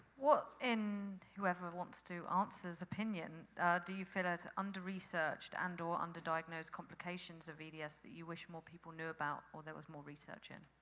what in whoever wants to answers opinion do you feel it under researched and or underdiagnosed complications of eds that you wish more people knew about or there was more research in?